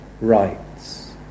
rights